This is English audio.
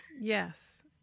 yes